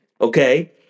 Okay